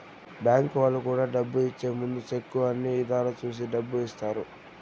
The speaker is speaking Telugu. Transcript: బ్యాంక్ వాళ్ళు కూడా డబ్బు ఇచ్చే ముందు సెక్కు అన్ని ఇధాల చూసి డబ్బు ఇత్తారు